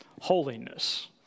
Holiness